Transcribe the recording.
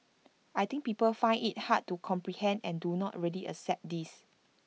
I think people find IT hard to comprehend and do not really accept this